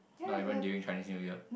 not even during Chinese New Year